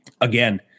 Again